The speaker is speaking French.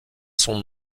son